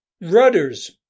Rudders